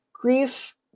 Grief